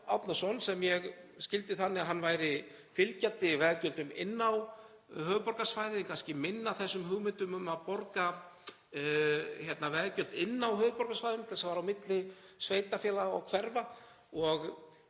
Árnason, sem ég skildi þannig að hann væri fylgjandi veggjöldum inn á höfuðborgarsvæðið, kannski minna af þessum hugmyndum um að borga veggjöld inni á höfuðborgarsvæðinu til að fara á milli sveitarfélaga og hverfa. Ég